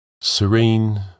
Serene